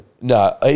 No